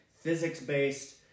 Physics-based